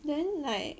then like